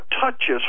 touches